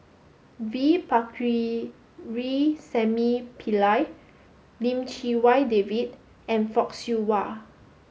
V Pakirisamy Pillai Lim Chee Wai David and Fock Siew Wah